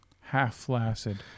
Half-flaccid